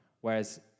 whereas